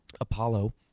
Apollo